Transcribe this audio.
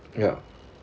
ya